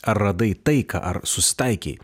ar radai taiką ar susitaikei